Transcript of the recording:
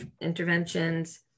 interventions